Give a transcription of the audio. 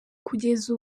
kugeza